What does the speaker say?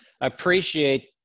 appreciate